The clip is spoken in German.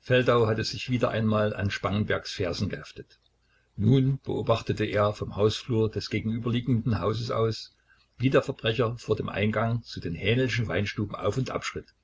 feldau hatte sich wieder einmal an spangenbergs fersen geheftet nun beobachtete er vom hausflur des gegenüberliegenden hauses aus wie der verbrecher vor dem eingang zu den haenelschen weinstuben auf und abschritt